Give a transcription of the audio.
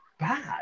Bad